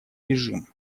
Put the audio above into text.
режим